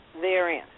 therein